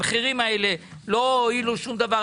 המחירים האלה לא הועילו שום דבר,